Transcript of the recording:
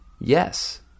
Yes